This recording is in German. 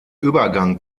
übergang